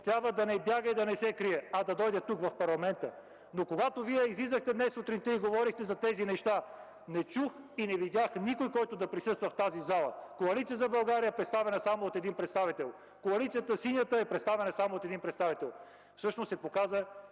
трябва да не бяга и да не се крие, а да дойде тук в парламента. Но, когато Вие излизахте днес сутринта, говорихте за тези неща, не чух и не видях никой, който да присъства в тази зала – Коалиция за България е представена само от един представител, Синята коалиция е представена само от един представител.